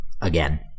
again